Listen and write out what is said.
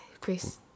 Chris